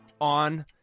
on